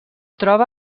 troba